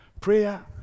Prayer